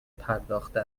پرداخته